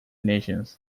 nations